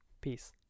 Peace